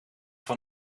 van